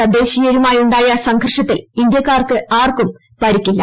തദ്ദേശീയരുമായുണ്ടായ സംഘർഷത്തിൽ ഇന്ത്യക്കാർക്ക് ആർക്കും പരിക്കില്ല